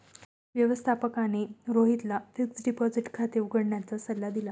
व्यवस्थापकाने रोहितला fixed deposit खाते उघडण्याचा सल्ला दिला